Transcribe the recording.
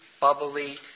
bubbly